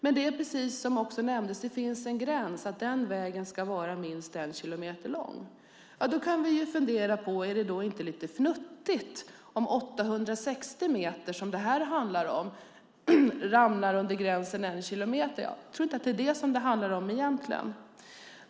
Men det finns, som också nämndes, en gräns. Den vägen ska vara minst 1 kilometer lång. Då kan vi fundera på om det inte är lite fnuttigt om 860 meter, som det här handlar om, ramlar under gränsen 1 kilometer. Jag tror inte att det är det som det handlar om egentligen.